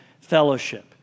fellowship